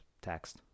text